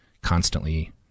constantly